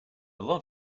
lot